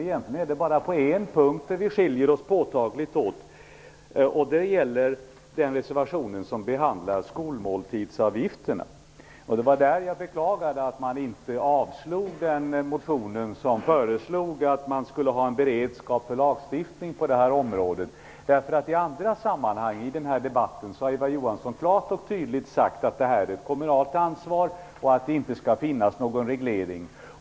Egentligen är det bara på en punkt som vi påtagligt skiljer oss åt. Det gäller den reservation som behandlar skolmåltidsavgifterna. Det var där jag beklagade att utskottet inte avstyrkte motionen som föreslog att man skulle ha en beredskap för lagstiftning på detta område. I andra sammanhang i den här debatten har Eva Johansson klart och tydligt sagt att det är ett kommunalt ansvar och att det inte skall finnas någon reglering.